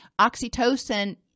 oxytocin